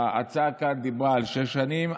ההצעה כאן דיברה על שש שנים,